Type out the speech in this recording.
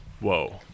whoa